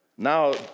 Now